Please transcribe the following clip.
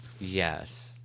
Yes